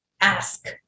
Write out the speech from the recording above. Ask